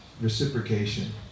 reciprocation